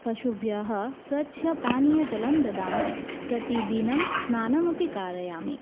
पशुभ्यः स्वच्छपानीयजलं ददामि प्रतिदिनं स्नानमपि कारयामि